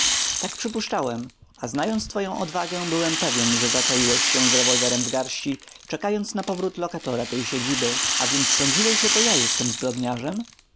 tak przypuszczałem a znając twoją odwagę byłem pewien że zaczaiłeś się z rewolwerem w garści czekając na powrót lokatora tej siedziby a więc sądziłeś że to ja jestem zbrodniarzem